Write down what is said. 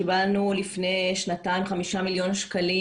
קבלנו לפני שנתיים 5 מיליון שקלים.